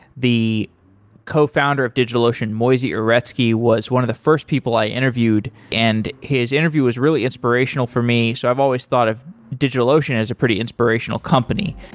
the cofounder of digitalocean, moisey uretsky, uretsky, was one of the first people i interviewed, and his interview was really inspirational for me. so i've always thought of digitalocean as a pretty inspirational company.